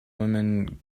woman